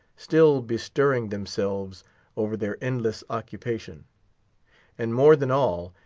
still bestirring themselves over their endless occupation and more than all,